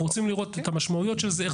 אנחנו רוצים לראות את המשמעויות של זה.